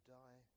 die